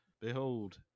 Behold